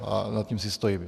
A za tím si stojím.